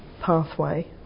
pathway